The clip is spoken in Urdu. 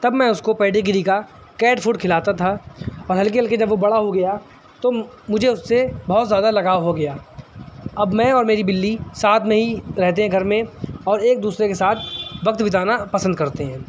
تب میں اس کو پیڈی گری کا کیٹ فوڈ کھلاتا تھا اور ہلکے ہلکے جب وہ بڑا ہو گیا تو مجھے اس سے بہت زیادہ لگاؤ ہو گیا اب میں اور میری بلّی ساتھ ہی میں ہی رہتے ہیں گھر میں اور ایک دوسرے کے ساتھ وقت بتانا پسند کرتے ہیں